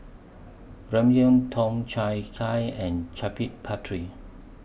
Ramyeon Tom Kha Gai and Chaat Papri